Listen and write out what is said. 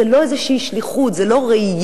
זה לא איזו שליחות, זאת לא ראייה.